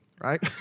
right